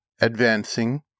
advancing